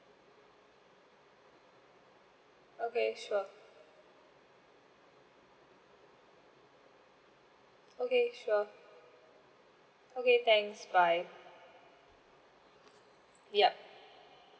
okay sure okay sure okay thanks bye yup